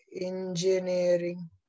engineering